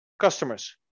customers